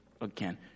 again